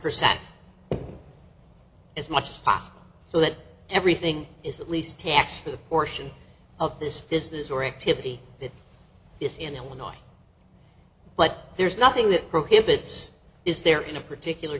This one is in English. percent as much spot so that everything is at least tax portion of this business or activity that is in illinois but there's nothing that prohibits is there in a particular